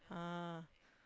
ah